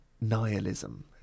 nihilism